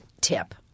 tip